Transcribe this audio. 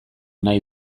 nahi